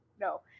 no